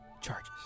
charges